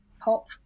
pop